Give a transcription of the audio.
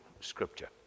scripture